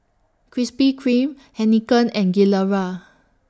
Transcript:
Krispy Kreme Heinekein and Gilera